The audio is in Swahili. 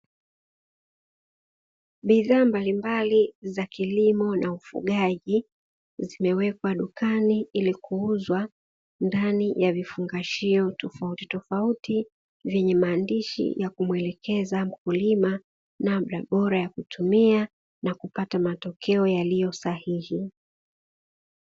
Bidhaa mbalimbali za kilimo na ufugaji, zimewekwa dukani ili kuuzwa ndani ya vifungashio tofautitofauti vyenye maandishi ya kumuelekeza mkulima namna bora ya kutumia na kupata matokeo yaliyo sahihi.